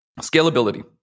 Scalability